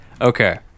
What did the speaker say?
Okay